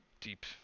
deep